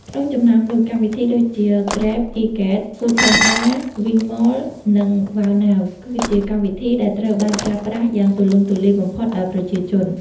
ក្នុងចំណោមនោះ កម្មវិធីដូចជា ហ្គ្រេប អុីហ្គ្រេត ហ្វូដផេនដា វីងម៉ល និងវ៉ាវណាវ គឺជាកម្មវិធីដែលត្រូវបានប្រើប្រាស់យ៉ាងទូលំទូលាយបំផុតដោយប្រជាជន។